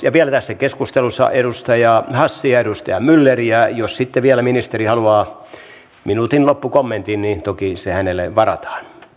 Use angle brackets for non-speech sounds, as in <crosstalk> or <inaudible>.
<unintelligible> ja vielä tässä keskustelussa edustaja hassi ja edustaja myller ja jos sitten vielä ministeri haluaa minuutin loppukommentin niin toki se hänelle varataan